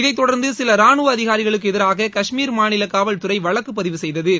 இதைத் தொடர்ந்து சில ராணுவ அதிகாரிகளுக்கு எதிராக கஷ்மீர் மாநில காவல்துறை வழக்கு பதிவு செய்தது